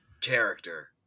character